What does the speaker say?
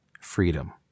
freedom